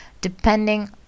depending